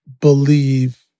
believe